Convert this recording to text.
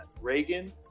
Reagan